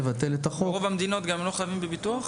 האם ברוב המדינות הם גם לא חייבים בביטוח?